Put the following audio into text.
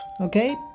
Okay